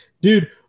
Dude